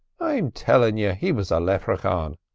i'm tellin' you he was a leprachaun,